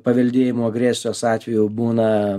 paveldėjimų agresijos atvejų būna